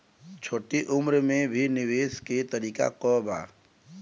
छोटी उम्र में भी निवेश के तरीका क बा?